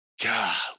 god